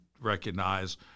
recognize